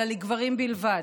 אלא לגברים בלבד.